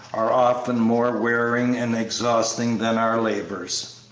are often more wearing and exhausting than our labors.